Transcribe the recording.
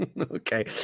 Okay